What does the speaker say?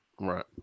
right